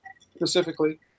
specifically